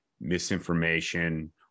misinformation